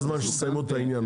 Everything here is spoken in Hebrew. הגיע הזמן שתסיימו את העניין.